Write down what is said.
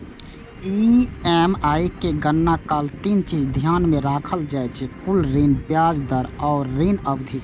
EMI के गणना काल तीन चीज ध्यान मे राखल जाइ छै, कुल ऋण, ब्याज दर आ ऋण अवधि